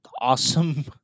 awesome